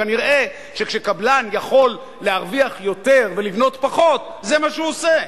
כנראה שכשקבלן יכול להרוויח יותר ולבנות פחות זה מה שהוא עושה,